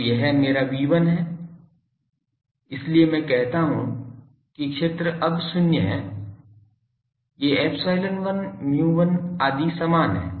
तो यह मेरा V1 है इसलिए मैं कहता हूं कि क्षेत्र अब शून्य हैं ये ε1 μ1 आदि समान हैं